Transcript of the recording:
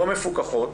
לא מפוקחות,